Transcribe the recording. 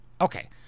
okay